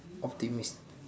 optimistic